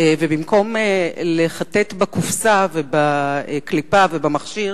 ובמקום לחטט בקופסה ובקליפה ובמכשיר,